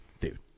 Dude